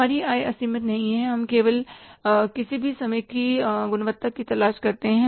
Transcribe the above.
हमारी आय असीमित नहीं है कि हम केवल किसी भी कीमत की गुणवत्ता की तलाश कर रहे हैं